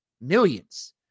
millions